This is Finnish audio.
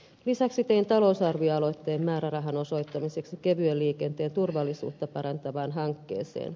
lisäksi tein talousarvioaloitteen määrärahan osoittamiseksi kevyen liikenteen turvallisuutta parantavaan hankkeeseen